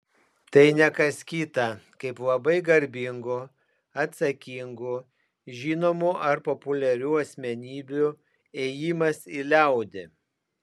tai ne kas kita kaip labai garbingų atsakingų žinomų ar populiarių asmenybių ėjimas į liaudį